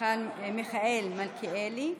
מיכאל מלכיאלי,